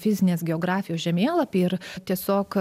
fizinės geografijos žemėlapį ir tiesiog